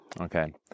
Okay